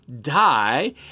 die